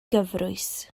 gyfrwys